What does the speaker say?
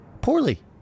Poorly